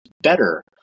better